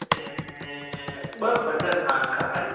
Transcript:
ऐं ॿ बटर नान खपनि